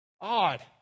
odd